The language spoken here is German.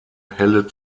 helle